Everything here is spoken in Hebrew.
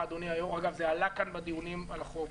אגב, זה עלה כאן בדיונים על החוק,